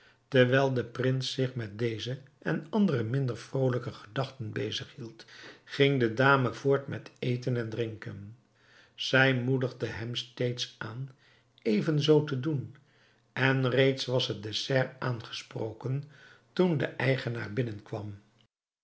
terwijl de prins zich met deze en andere minder vrolijke gedachten bezighield ging de dame voort met eten en drinken zij moedigde hem steeds aan evenzoo te doen en reeds was het dessert aangesproken toen de eigenaar binnenkwam